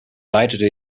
leitete